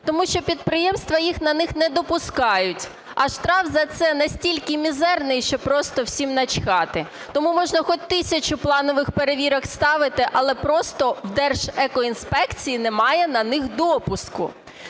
тому що підприємства їх на них не допускають. А штраф за це настільки мізерний, що просто всім начхати. Тому можна хоч тисячу планових перевірок ставити, але просто в Держекоінспекції немає на них допуску.